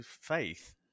Faith